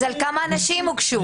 על כמה אנשים הוגשו הבקשות?